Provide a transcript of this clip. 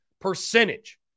percentage